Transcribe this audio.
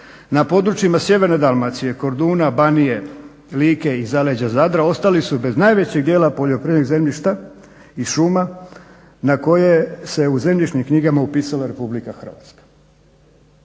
na područjima sjeverne Dalmacije, Korduna, Banije, Like i zaleđa Zadra ostali su bez najvećeg dijela poljoprivrednih zemljišta i šuma na koje se u zemljišne knjige upisala RH.